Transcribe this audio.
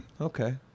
Okay